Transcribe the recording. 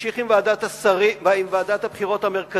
נמשיך עם ועדת הבחירות המרכזית,